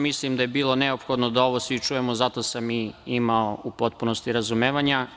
Mislim da je bilo neophodno da ovo svi čujemo, zato sam i imao u potpunosti razumevanja.